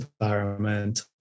environment